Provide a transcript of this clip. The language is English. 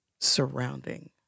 surrounding